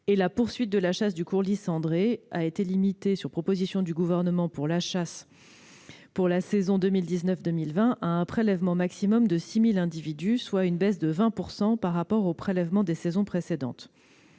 et la poursuite de la chasse du courlis cendré a été limitée, sur proposition du Gouvernement, pour la saison de chasse 2019-2020, à un prélèvement maximal de 6 000 individus, soit une baisse de 20 % par rapport aux prélèvements des saisons précédentes.